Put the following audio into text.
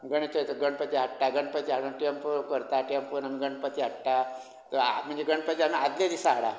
गणेश चतुर्थी गणपती हाडटा गणपती हाडूंक टॅम्पो करता टॅम्पोन आमी गणपती हाडटा थंय आ म्हणजे गणपती आमी आदले दिसा हाडाप